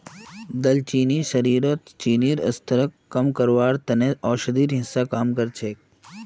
दालचीनी शरीरत चीनीर स्तरक कम करवार त न औषधिर हिस्सा काम कर छेक